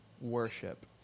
worship